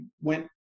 went